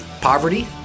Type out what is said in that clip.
poverty